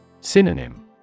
Synonym